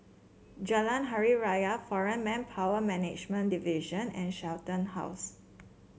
Jalan Hari Raya Foreign Manpower Management Division and Shenton House